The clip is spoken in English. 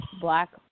Black